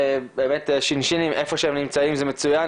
באמת שינש"נים איפה שהם נמצאים זה מצויין.